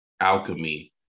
alchemy